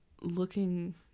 looking